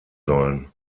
sollen